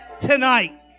tonight